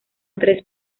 tres